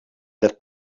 that